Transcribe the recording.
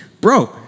bro